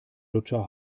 lutscher